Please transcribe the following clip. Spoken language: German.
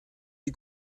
die